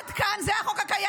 אז למה חוקקת חוק?